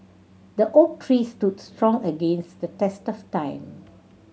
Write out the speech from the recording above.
the oak tree stood strong against the test of time